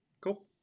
Cool